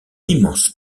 immense